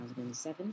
2007